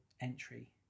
entry